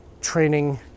training